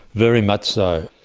very much so.